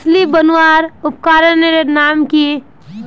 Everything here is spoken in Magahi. आली बनवार उपकरनेर नाम की?